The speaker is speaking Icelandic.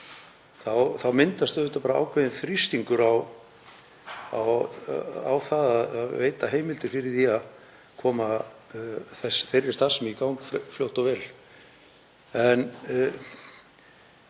þá myndast auðvitað ákveðinn þrýstingur á að veita heimildir fyrir því að koma þeirri starfsemi í gang fljótt og vel.